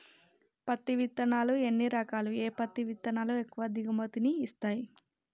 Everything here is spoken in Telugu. పత్తి విత్తనాలు ఎన్ని రకాలు, ఏ పత్తి విత్తనాలు ఎక్కువ దిగుమతి ని ఇస్తాయి?